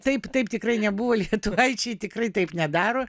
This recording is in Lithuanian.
taip taip tikrai nebuvo lietuvaičiai tikrai taip nedaro